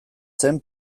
zen